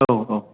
औ औ